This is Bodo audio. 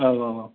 औ औ औ